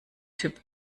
typ